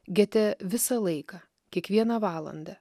gete visą laiką kiekvieną valandą